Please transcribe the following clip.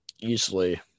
easily